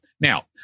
now